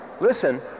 Listen